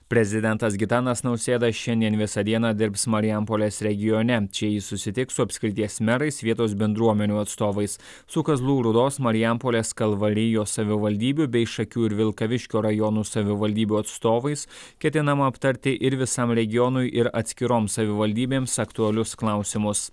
prezidentas gitanas nausėda šiandien visą dieną dirbs marijampolės regione čia jis susitiks su apskrities merais vietos bendruomenių atstovais su kazlų rūdos marijampolės kalvarijos savivaldybių bei šakių ir vilkaviškio rajonų savivaldybių atstovais ketinama aptarti ir visam regionui ir atskiroms savivaldybėms aktualius klausimus